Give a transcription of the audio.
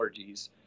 allergies